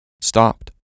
stopped